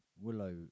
Willow